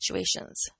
situations